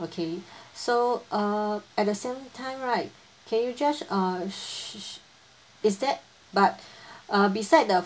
okay so uh at the same time right can you just uh sh~ is that but uh beside the